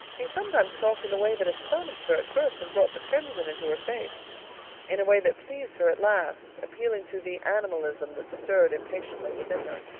he sometimes talked in a way that astonished her at first and brought the crimson into her face in a way that pleased her at last, appealing to the animalism that stirred impatiently within her.